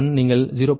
5 1